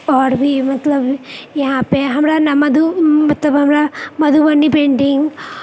आओर भी मतलब यहाँपे हमरा नहि मधु मतलब हमरा मधुबनी पेन्टिंग